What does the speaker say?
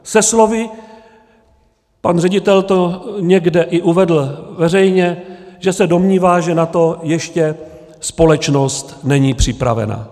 Se slovy, pan ředitel to někde i uvedl veřejně, že se domnívá, že na to ještě společnost není připravena.